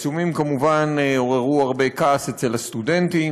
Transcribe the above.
העיצומים כמובן עוררו הרבה כעס אצל הסטודנטים,